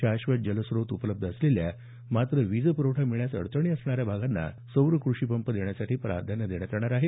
शाश्वत जलस्रोत उपलब्ध असलेल्या मात्र वीजप्रवठा मिळण्यास अडचणी असणाऱ्या भागांना सौर कृषी पंप देण्यासाठी प्राधान्य देण्यात येणार आहे